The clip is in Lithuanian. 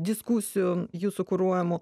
diskusijų jūsų kuruojamų